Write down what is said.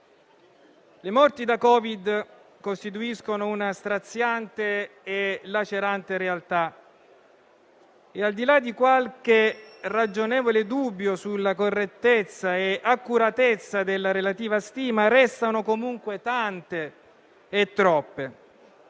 Le morti da Covid costituiscono una straziante e lacerante realtà e, al di là di qualche ragionevole dubbio sulla correttezza e accuratezza della relativa stima, restano comunque tante e troppe;